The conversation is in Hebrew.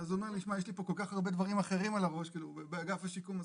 הוא אומר: יש לי פה כל כך הרבה דברים אחרים על הראש באגף השיקום,